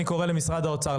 אני קורא למשרד האוצר,